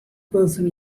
person